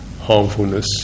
harmfulness